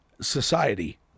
society